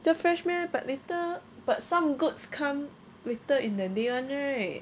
这 fresh meh but later but some goods come later in the day [one] right